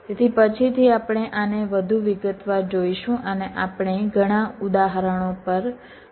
તેથી પછીથી આપણે આને વધુ વિગતવાર જોઈશું અને આપણે ઘણા ઉદાહરણો પર કામ કરીશું